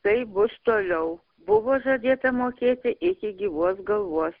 kaip bus toliau buvo žadėta mokėti iki gyvos galvos